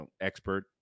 expert